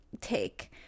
take